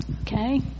Okay